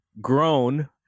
grown